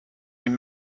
been